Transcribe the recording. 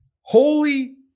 Holy